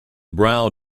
brow